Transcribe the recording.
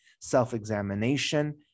self-examination